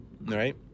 right